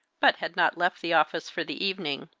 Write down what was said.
but had not left the office for the evening.